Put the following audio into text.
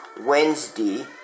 Wednesday